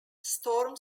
storm